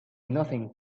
nothing